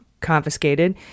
Confiscated